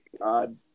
God